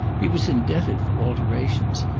he was indebted for alterations,